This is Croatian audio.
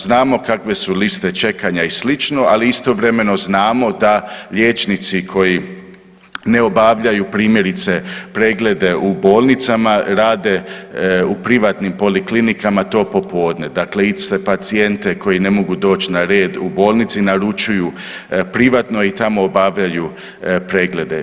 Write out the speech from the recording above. Znamo kakve su liste čekanja i slično, ali istovremeno znamo da liječnici koji ne obavljaju primjerice preglede u bolnicama rade u privatnim poliklinikama to popodne, dakle iste pacijente koji ne mogu doć na red u bolnici naručuju privatno i tamo obavljaju preglede.